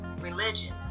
religions